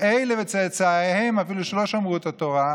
ואלה וצאצאיהם, אפילו שלא שמרו את התורה,